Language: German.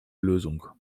lösung